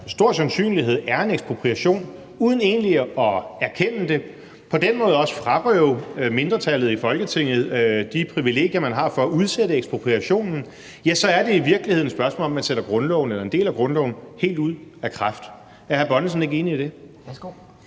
stor sandsynlighed er en ekspropriation, uden egentlig at erkende det og på den måde også frarøve mindretallet i Folketinget de privilegier, man har for at udsætte ekspropriationen, så er det i virkeligheden et spørgsmål om, at man sætter en del af grundloven helt ud af kraft. Er hr. Erling Bonnesen ikke enig i det? Kl.